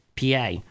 PA